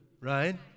right